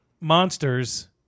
Monsters